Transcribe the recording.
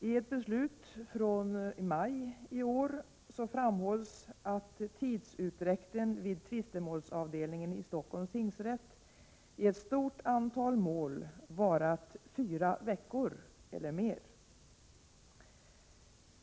I ett beslut från maj ii år framhålls att tidsutdräkten vid tvistemålsavdelningen vid Stockholms tingsrätt i ett stort antal mål varit fyra veckor eller mer.